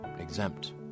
exempt